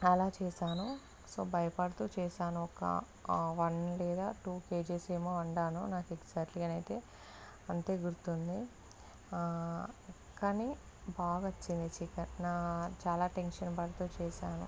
అలా చేశాను సో భయపడుతు చేశాను వన్ డేనా లేదా టూ కేజీస్ ఏమో వండాను నాకు ఎగ్జాక్ట్గా అయితే అంతే గుర్తుంది కానీ బాగా వచ్చింది చికెన్ నా చాలా టెన్షన్ పడుతు చేశాను